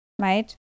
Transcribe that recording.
right